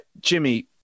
Jimmy